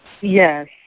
Yes